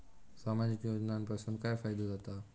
सामाजिक योजनांपासून काय फायदो जाता?